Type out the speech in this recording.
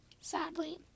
sadly